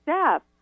step